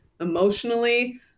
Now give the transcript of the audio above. emotionally